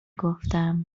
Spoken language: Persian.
گفتم